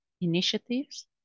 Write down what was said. initiatives